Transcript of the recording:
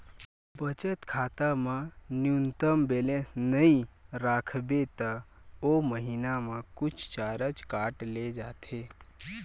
बचत खाता म न्यूनतम बेलेंस नइ राखबे त ओ महिना म कुछ चारज काट ले जाथे